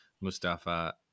Mustafa